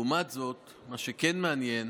לעומת זאת, מה שכן מעניין